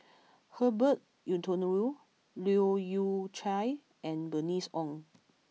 Herbert Eleuterio Leu Yew Chye and Bernice Ong